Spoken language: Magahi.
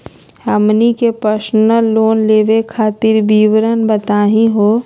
हमनी के पर्सनल लोन लेवे खातीर विवरण बताही हो?